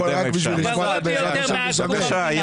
הגרוע ביותר מאז קום המדינה,